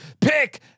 Pick